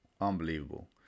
unbelievable